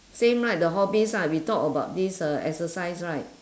same right the hobbies right we talk about this uh exercise right